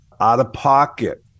out-of-pocket